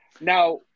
Now